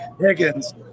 Higgins